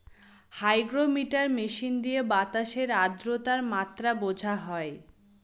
hygrometer machine দিয়ে বাতাসের আদ্রতার মাত্রা বোঝা হয়